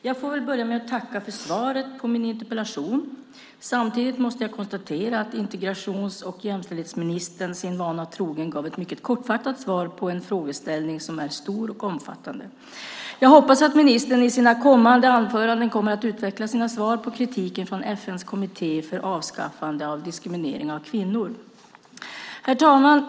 Herr talman! Jag får börja med att tacka för svaret på min interpellation. Samtidigt måste jag konstatera att integrations och jämställdhetsministern sin vana trogen gav ett mycket kortfattat svar på en frågeställning som är stor och omfattande. Jag hoppas att ministern i sina kommande inlägg kommer att utveckla sina svar på kritiken från FN:s kommitté för avskaffande av diskriminering av kvinnor. Herr talman!